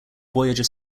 voyager